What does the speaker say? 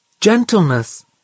gentleness